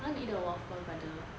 I want to eat the waffle brother